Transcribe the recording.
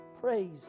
praise